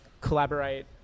collaborate